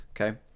Okay